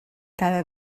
cada